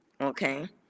okay